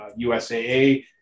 USAA